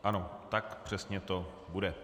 Ano, tak přesně to bude.